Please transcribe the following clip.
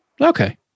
Okay